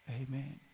Amen